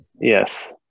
Yes